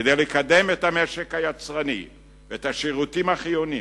כדי לקדם את המשק היצרני ואת השירותים החיוניים,